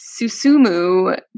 Susumu